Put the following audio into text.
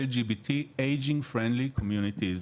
l.g.b.t ageing friendly community ,